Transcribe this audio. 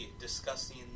discussing